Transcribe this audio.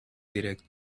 direct